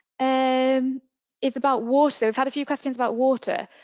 and um it's about water. we've had a few questions about water.